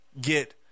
get